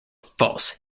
false